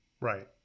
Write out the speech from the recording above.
right